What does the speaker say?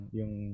yung